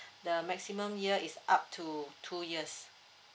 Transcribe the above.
the maximum year is up to two years